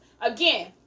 Again